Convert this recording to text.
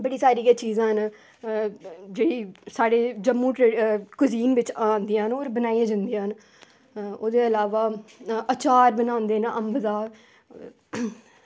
बड़ी सारी गै चीज़ां न जेह्ड़ी साढ़ी जम्मू च कुछ दिन च आंदियां न होर बनाई जंदियां न ओह्दे इलावा आचार बनांदे न अम्ब दा